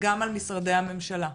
גם על משרדי הממשלה.